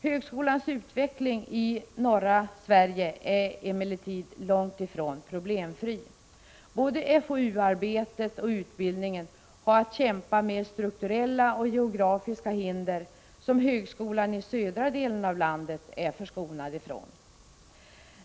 Högskolans utveckling i norra Sverige är emellertid långt ifrån problemfri. Både i FoU-arbetet och i utbildningen har man att kämpa med strukturella och geografiska hinder som högskolan i den södra delen av landet är förskonad från.